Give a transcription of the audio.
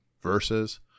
verses